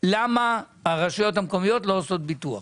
למה הרשויות המקומיות לא עושות ביטוח,